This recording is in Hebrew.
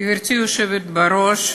גברתי היושבת בראש,